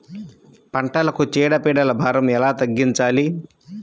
పంటలకు చీడ పీడల భారం ఎలా తగ్గించాలి?